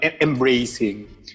embracing